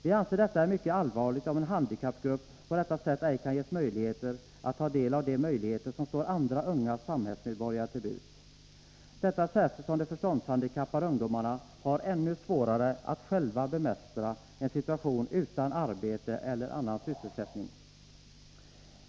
Vi anser att det är mycket allvarligt om en handikappgrupp på detta sätt ej kan ges möjligheter att ta del av det som står andra unga samhällsmedborgare till buds — detta särskilt som de förståndshandikappade ungdomarna har ännu svårare att själva bemästra en situation med arbetslöshet eller där de saknar annan sysselsättning.